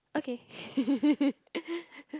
okay